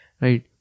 right